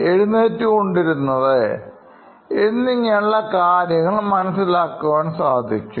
എഴുന്നേറ്റ് കൊണ്ടിരുന്നത്എങ്ങനെ കാര്യം മനസ്സിലാക്കാൻ സാധിക്കും